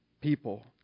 people